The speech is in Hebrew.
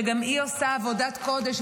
שגם היא עושה עבודת קודש,